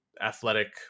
athletic